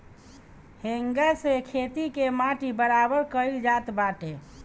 हेंगा से खेत के माटी बराबर कईल जात बाटे